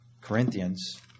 Corinthians